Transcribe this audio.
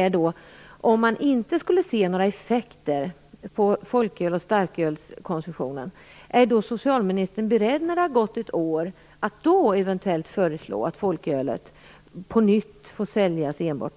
lyder: Om man inte skulle se några effekter på konsumtionen av folköl och starköl efter ett år, är socialministern då beredd att eventuellt föreslå att folkölet får säljas enbart på